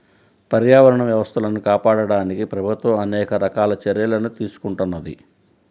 పర్యావరణ వ్యవస్థలను కాపాడడానికి ప్రభుత్వం అనేక రకాల చర్యలను తీసుకుంటున్నది